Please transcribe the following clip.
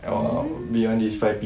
mm